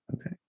Okay